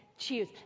choose